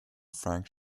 frank